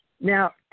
Now